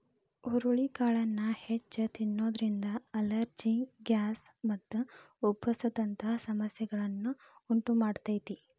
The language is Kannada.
ಹುರಳಿಕಾಳನ್ನ ಹೆಚ್ಚ್ ತಿನ್ನೋದ್ರಿಂದ ಅಲರ್ಜಿ, ಗ್ಯಾಸ್ ಮತ್ತು ಉಬ್ಬಸ ದಂತ ಸಮಸ್ಯೆಗಳನ್ನ ಉಂಟಮಾಡ್ತೇತಿ